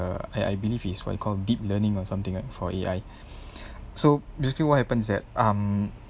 I I believe is what you call deep learning or something right for A_I so basically what happens is that um